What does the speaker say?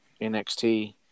NXT